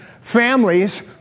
families